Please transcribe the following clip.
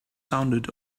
sounded